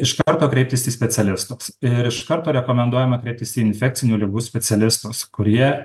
iš karto kreiptis į specialistus ir iš karto rekomenduojama kreiptis į infekcinių ligų specialistus kurie